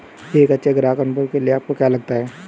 एक अच्छे ग्राहक अनुभव के लिए आपको क्या लगता है?